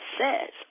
says